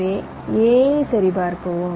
எனவே a ஐ சரிபார்க்கவும்